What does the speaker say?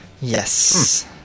Yes